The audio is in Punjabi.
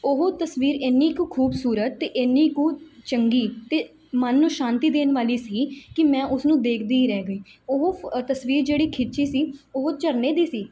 ਉਹ ਤਸਵੀਰ ਇੰਨੀ ਕੁ ਖੂਬਸੂਰਤ ਅਤੇ ਇੰਨੀ ਕੁ ਚੰਗੀ ਅਤੇ ਮਨ ਨੂੰ ਸ਼ਾਂਤੀ ਦੇਣ ਵਾਲੀ ਸੀ ਕਿ ਮੈਂ ਉਸਨੂੰ ਦੇਖਦੀ ਰਹਿ ਗਈ ਉਹ ਤਸਵੀਰ ਜਿਹੜੀ ਖਿੱਚੀ ਸੀ ਉਹ ਝਰਨੇ ਦੀ ਸੀ